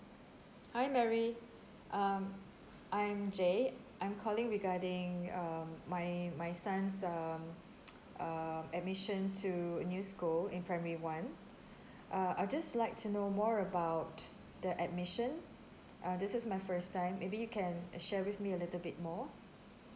hi mary um I'm jade I'm calling regarding um my my son's um um admission to a new school in primary one uh I'd just like to know more about the admission uh this is my first time maybe you can uh share with me a little bit more